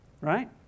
right